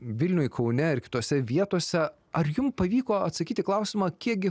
vilniuj kaune ir kitose vietose ar jum pavyko atsakyt į klausimą kiekgi